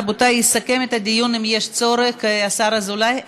רבותי, יסכם את הדיון, אם יש צורך, השר אזולאי.